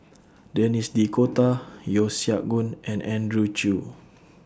Denis D'Cotta Yeo Siak Goon and Andrew Chew